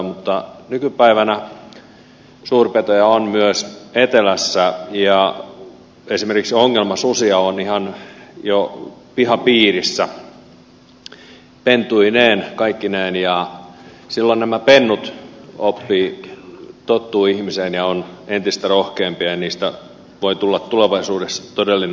mutta nykypäivänä suurpetoja on myös etelässä ja esimerkiksi ongelmasusia on ihan jo pihapiirissä pentuineen kaikkineen ja silloin nämä pennut oppivat tottuvat ihmiseen ja ovat entistä rohkeampia ja niistä voi tulla tulevaisuudessa todellinen ongelma